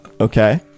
Okay